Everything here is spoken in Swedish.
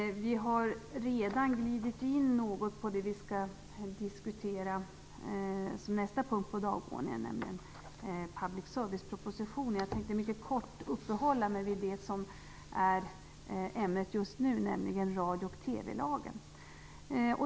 Vi har redan glidit in något på det som vi skall diskutera som nästa punkt på dagordningen, nämligen public service-propositionen. Jag tänkte mycket kort uppehålla mig vid det som är ämnet just nu, nämligen radio och TV-lagen.